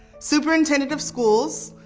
superintendent of schools,